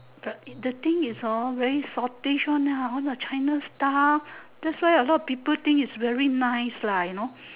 the the thing is hor very saltish one hor then all the china stuff that's why a lot of people think it's very nice lah you know